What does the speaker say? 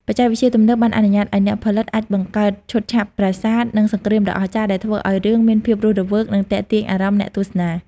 បច្ចេកវិទ្យាទំនើបបានអនុញ្ញាតឲ្យអ្នកផលិតអាចបង្កើតឈុតឆាកប្រាសាទ និងសង្រ្គាមដ៏អស្ចារ្យ ដែលធ្វើឲ្យរឿងមានភាពរស់រវើក និងទាក់ទាញអារម្មណ៍អ្នកទស្សនា។